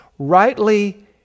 Rightly